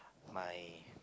my